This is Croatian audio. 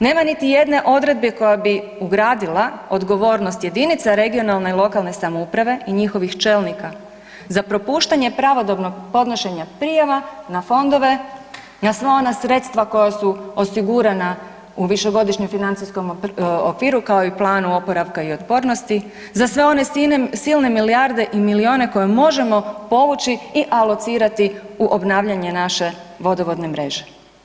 Nema niti jedne odredbe koja bi ugradila odgovornost jedinica regionalne i lokalne samouprave i njihovih čelnika za propuštanje pravodobnog podnošenja prijava na fondove, na sva ona sredstva koja su osigurana u Višegodišnjem financijskom okviru kao i Planu oporavka i otpornosti, za sve one silne milijarde i milijune koje možemo povući i alocirati u obnavljanje naše vodovodne mreže.